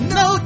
no